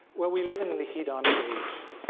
well we live in the hedonic age.